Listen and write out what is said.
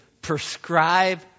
prescribe